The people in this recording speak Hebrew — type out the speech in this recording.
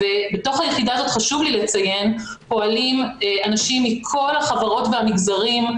חשוב לי לציין שבתוך היחידה הזאת פועלים אנשים מכל החברות והמגזרים,